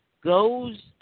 goes